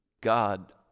God